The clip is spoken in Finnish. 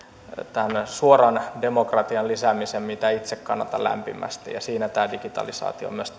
suoran demokratian lisäämisen mitä itse kannatan lämpimästi ja siinä tämä digitalisaatio on myös